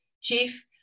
chief